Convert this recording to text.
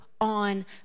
on